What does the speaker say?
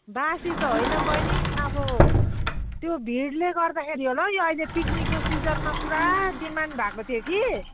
बासी त होइन बहिनी अब त्यो भिडले गर्दाखेरि होला हौ यो अहिले पिकनिकको सिजनमा पुरा डिमान्ड भएको थियो कि